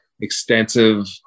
extensive